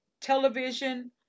television